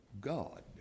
God